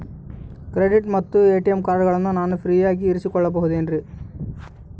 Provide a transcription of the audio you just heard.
Credit ಮತ್ತ ATM ಕಾರ್ಡಗಳನ್ನ ನಾನು ಫ್ರೇಯಾಗಿ ಇಸಿದುಕೊಳ್ಳಬಹುದೇನ್ರಿ?